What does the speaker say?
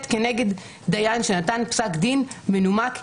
כנגד דיין שנתן פסק דין מנומק הלכתית,